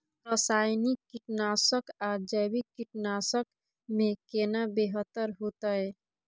रसायनिक कीटनासक आ जैविक कीटनासक में केना बेहतर होतै?